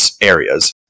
areas